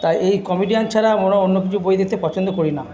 তাই এই কমেডিয়ান ছাড়া আমরা অন্য কিছু বই দেখতে পছন্দ করি না